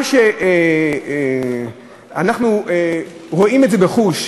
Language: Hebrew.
אנחנו רואים וחשים